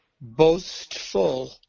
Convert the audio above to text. boastful